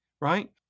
right